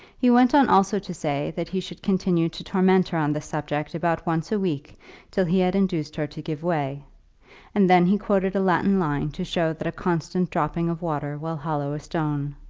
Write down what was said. he went on also to say that he should continue to torment her on the subject about once a week till he had induced her to give way and then he quoted a latin line to show that a constant dropping of water will hollow a stone.